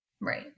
right